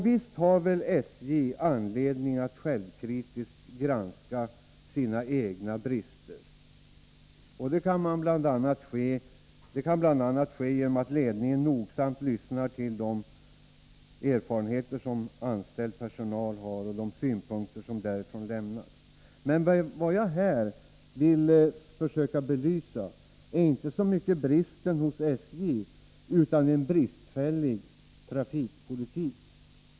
Visst har väl SJ anledning att självkritiskt granska sina egna brister, och det kan bl.a. ske genom att ledningen nogsamt lyssnar till de erfarenheter som anställd personal har och de synpunkter som personalen kan lämna. Men vad jag här vill försöka belysa är inte så mycket bristerna hos SJ som en bristfällig trafikpolitik.